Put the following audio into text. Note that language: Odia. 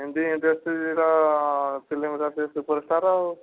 ହିନ୍ଦୀ ଇଣ୍ଡଷ୍ଟ୍ରିର ଫିଲ୍ମ ର ସେ ସୁପରଷ୍ଟାର୍ ଆଉ